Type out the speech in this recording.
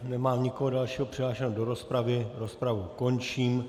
Nemám nikoho dalšího přihlášeného do rozpravy, rozpravu končím.